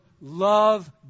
love